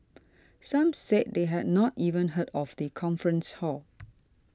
some said they had not even heard of the conference hall